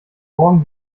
morgen